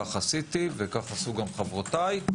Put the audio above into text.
כך עשיתי כמו גם חברותיי.